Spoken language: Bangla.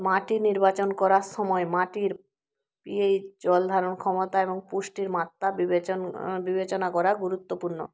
মাটি নির্বাচন করার সময় মাটির এই জল ধারণ ক্ষমতা এবং পুষ্টির মাত্রে বিবেচনা করা গুরুত্বপূর্ণ